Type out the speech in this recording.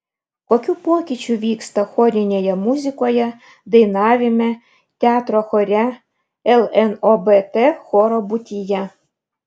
kokių pokyčių vyksta chorinėje muzikoje dainavime teatro chore lnobt choro būtyje